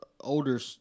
older